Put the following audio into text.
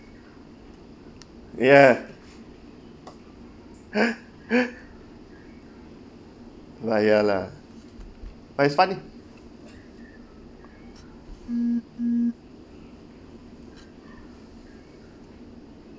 ya !wah! ya lah but is funny